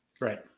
Right